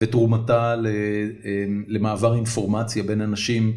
ותרומתה למעבר אינפורמציה בין אנשים.